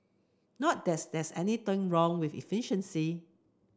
not that's there's anything wrong with efficiency